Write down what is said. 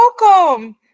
welcome